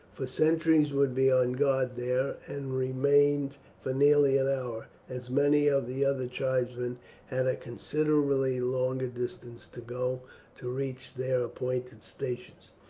for sentries would be on guard there, and remained for nearly an hour, as many of the other tribesmen had a considerably longer distance to go to reach their appointed stations.